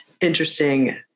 interesting